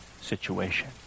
situation